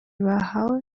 bahawe